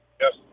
Yes